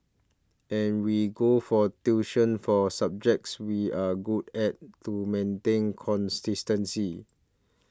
and we go for tuition for subjects we are good at to maintain consistency